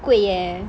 贵 leh